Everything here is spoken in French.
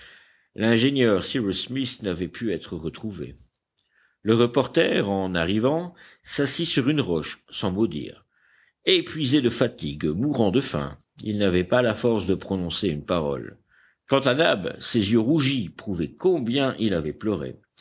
l'ingénieur cyrus smith n'avait pu être retrouvé le reporter en arrivant s'assit sur une roche sans mot dire épuisé de fatigue mourant de faim il n'avait pas la force de prononcer une parole quant à nab ses yeux rougis prouvaient combien il avait pleuré